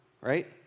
right